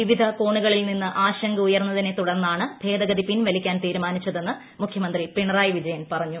വിവിധ കോണുകളിൽ നിന്ന് ആശങ്ക ഉയർന്നതിനെ തുടർന്നാണ്ട് ഭേദഗതി പിൻവലിക്കാൻ തീരുമാനിച്ചതെന്ന് മുഖ്യമന്ത്രി പിണറായി പ്പിജയൻ പറഞ്ഞു